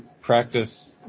practice